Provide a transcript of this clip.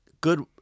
good